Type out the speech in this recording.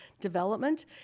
development